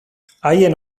haien